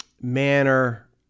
manner